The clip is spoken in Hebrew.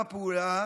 גם הפעולה,